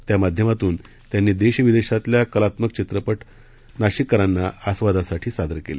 त्यामाध्यमातून त्यांनी देश विदेशातील कलात्मक चित्रपट नाशिककरांना आस्वादासाठी सादर केले